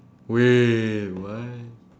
wait what